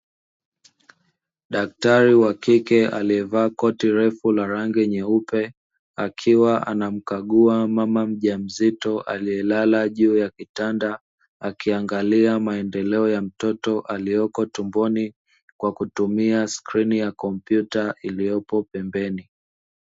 Daktari wa kike aliyevaa koti refu la rangi nyeupe akiwa anamkagua mama mjamzito aliyelala juu ya kitanda, akiangalia maendeleo ya mtoto aliyepo tumboni kwa kutumia skrini ya kompyuta iliyoko pembeni.